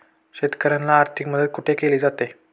शेतकऱ्यांना आर्थिक मदत कुठे केली जाते?